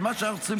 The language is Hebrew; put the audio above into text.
ומה שאנחנו צריכים,